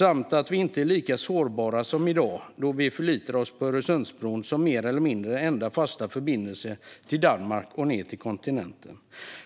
Vi är inte heller lika sårbara som i dag när vi förlitar oss på Öresundsbron som den mer eller mindre enda fasta förbindelsen till Danmark och till kontinenten.